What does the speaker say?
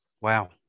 wow